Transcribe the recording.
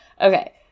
Okay